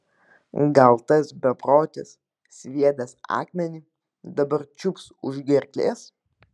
gal tas beprotis sviedęs akmenį dabar čiups už gerklės